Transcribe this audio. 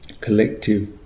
collective